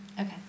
Okay